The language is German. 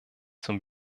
zum